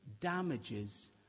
damages